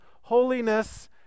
holiness